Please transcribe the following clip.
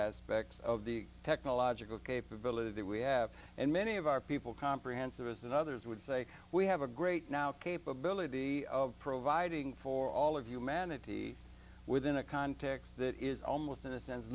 aspects of the technological capability that we have and many of our people comprehensive us and others would say we have a great now capability of providing for all of humanity within a context that is almost in